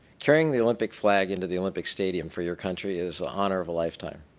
carrying the olympic flag into the olympic stadium for your country is the honor of a lifetime.